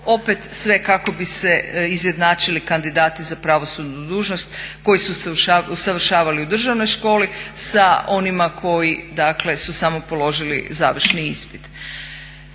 Opet sve kako bi se izjednačili kandidati za pravosudnu dužnost koji su se usavršavali u Državnoj školi sa onima koji dakle su samo položili završni ispit.